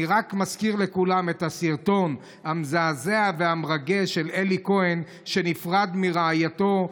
אני רק מזכיר לכולם את הסרטון המזעזע והמרגש של אלי כהן שנפרד מרעייתו,